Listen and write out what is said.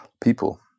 people